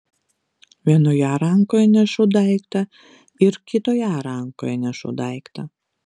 vienoje rankoje nešu daiktą ir kitoje rankoje nešu daiktą